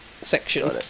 section